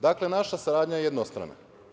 Dakle, naša saradnja je jednostrana.